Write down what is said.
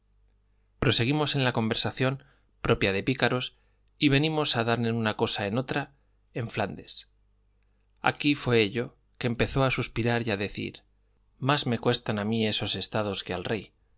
proseguimos en la conversación propia de pícaros y venimos a dar de una cosa en otra en flandes aquí fue ello que empezó a suspirar y a decir más me cuestan a mí esos estados que al rey